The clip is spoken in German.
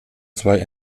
zwei